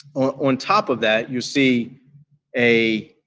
on top of that, you'll see a